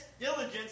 diligence